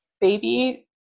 baby